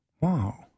wow